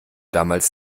damals